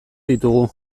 ditugu